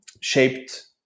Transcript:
shaped